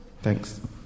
Thanks